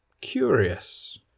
Curious